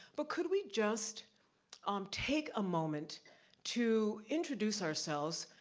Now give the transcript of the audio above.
but could we just um take a moment to introduce ourselves,